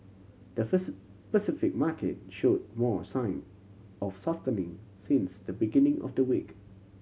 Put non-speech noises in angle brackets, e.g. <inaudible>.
the <unintelligible> Pacific market show more sign of softening since the beginning of the week